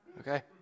Okay